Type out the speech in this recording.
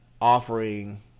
offering